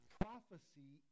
prophecy